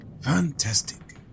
fantastic